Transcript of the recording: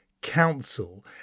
Council